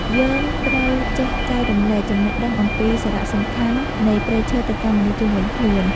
យើងត្រូវចេះចែករំលែកចំណេះដឹងអំពីសារៈសំខាន់នៃព្រៃឈើទៅកាន់មនុស្សជុំវិញខ្លួន។